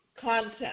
content